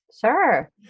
Sure